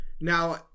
Now